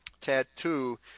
tattoo